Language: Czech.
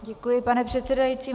Děkuji, pane předsedající.